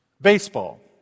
Baseball